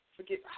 forget